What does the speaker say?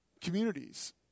communities